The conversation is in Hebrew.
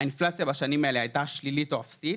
האינפלציה בשנים האלה היתה שלילית או אפסית.